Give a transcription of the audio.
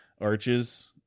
arches